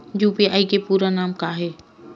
UPI के पूरा नाम का ये?